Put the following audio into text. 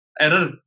error